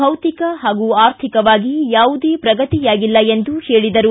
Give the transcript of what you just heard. ಭೌತಿಕ ಪಾಗೂ ಆರ್ಥಿಕವಾಗಿ ಯಾವುದೇ ಪ್ರಗತಿಯಾಗಿಲ್ಲ ಎಂದು ಹೇಳಿದರು